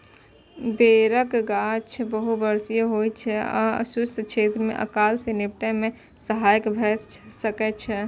बेरक गाछ बहुवार्षिक होइ छै आ शुष्क क्षेत्र मे अकाल सं निपटै मे सहायक भए सकै छै